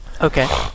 Okay